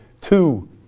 two